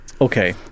Okay